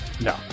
no